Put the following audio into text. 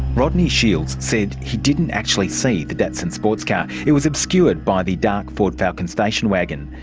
rodney shields said he didn't actually see the datsun sports car, it was obscured by the dark ford falcon station wagon.